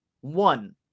one